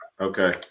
Okay